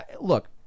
Look